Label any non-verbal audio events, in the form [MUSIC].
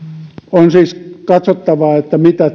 on siis katsottava mitä [UNINTELLIGIBLE]